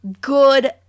good